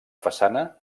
façana